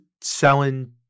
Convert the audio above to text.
selling